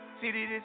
City